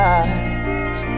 eyes